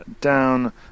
down